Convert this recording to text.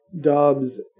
Dobbs